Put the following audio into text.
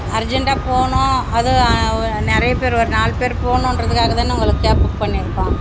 அர்ஜென்ட்டாக போகணும் அது நிறைய பேர் ஒரு நாலு பேர் போகணுன்றதுக்காக தானே உங்களுக்கு கேப் புக் பண்ணியிருக்கோம்